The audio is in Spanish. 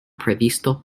previsto